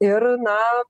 ir na